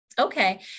Okay